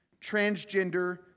transgender